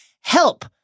help